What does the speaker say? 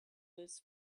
this